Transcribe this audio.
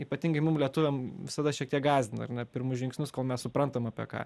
ypatingai mum lietuviam visada šiek tiek gąsdina ar ne pirmus žingsnius kol mes suprantam apie ką